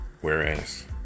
Whereas